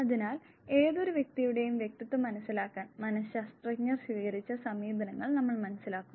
അതിനാൽ ഏതൊരു വ്യക്തിയുടെയും വ്യക്തിത്വം മനസിലാക്കാൻ മനശാസ്ത്രജ്ഞർ സ്വീകരിച്ച സമീപനങ്ങൾ നമ്മൾ മനസ്സിലാക്കും